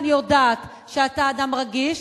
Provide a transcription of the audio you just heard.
ואני יודעת שאתה אדם רגיש,